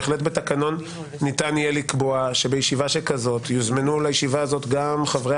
בהחלט בתקנון ניתן יהיה לקבוע שבישיבה שכזאת יוזמנו לישיבה הזאת גם חברי